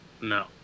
No